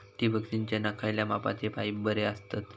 ठिबक सिंचनाक खयल्या मापाचे पाईप बरे असतत?